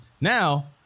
Now